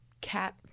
cat